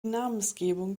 namensgebung